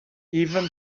even